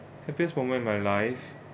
happiest moment in my life